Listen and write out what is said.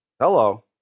Hello